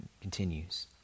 continues